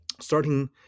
Starting